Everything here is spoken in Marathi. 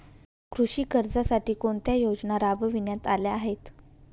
कृषी कर्जासाठी कोणत्या योजना राबविण्यात आल्या आहेत?